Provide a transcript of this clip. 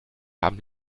haben